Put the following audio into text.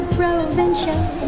provincial